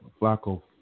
Flacco